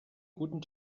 guten